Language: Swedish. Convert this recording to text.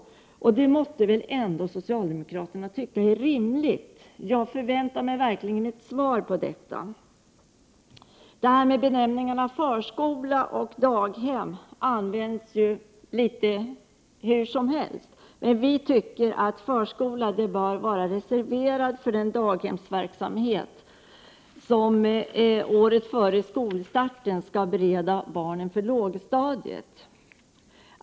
Det måtte väl ändå socialdemokraterna tycka är rimligt. Jag förväntar mig verkligen ett svar på detta. Benämningarna förskola och daghem används ju litet hur som helst. Vi tycker att benämningen förskola bör vara reserverad för den daghemsverksamhet som året före skolstarten skall förbereda barnen för lågstadiet.